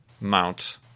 mount